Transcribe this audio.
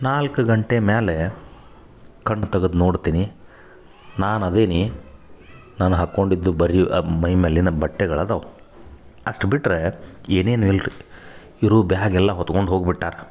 ನಾಲ್ಕು ಗಂಟೆ ಮ್ಯಾಲೆ ಕಣ್ಣು ತೆಗೆದು ನೋಡ್ತೀನಿ ನಾನು ಅದೀನಿ ನಾನು ಹಾಕೊಂಡಿದ್ದು ಬರಿ ಮೈ ಮೇಲಿನ ಬಟ್ಟೆಗಳು ಅದಾವ ಅಷ್ಟು ಬಿಟ್ಟರೆ ಏನೇನು ಇಲ್ರಿ ಇರು ಬ್ಯಾಗ್ ಎಲ್ಲಾ ಹೊತ್ಕೊಂಡು ಹೋಗಿ ಬಿಟ್ಟಾರ